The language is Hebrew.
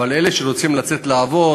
אבל אלה שרוצים לצאת לעבוד,